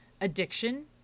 addiction